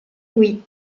oui